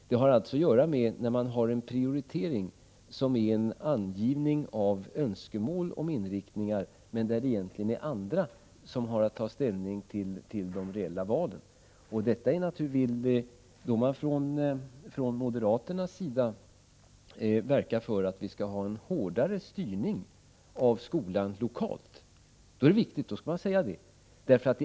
Detta har att göra med att det är vissa personer som gör en prioritering, som innebär ett angivande av önskemål om inriktningar, men att det är andra som har att ta ställning till de reella valen. Om moderaterna vill verka för en hårdare styrning av skolan lokalt är det viktigt att ni säger det.